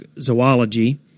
zoology